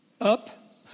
up